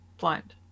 blind